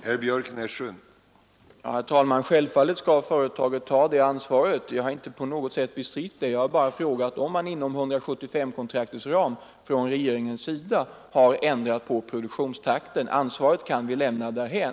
Herr talman! Självfallet skall företaget ta det ansvaret. Jag har heller inte på något sätt bestritt det — jag har däremot gång på gång frågat, om regeringen inom 175-kontraktets ram har ändrat produktionstakten. Ansvarsfrågan kan vi här lämna därhän.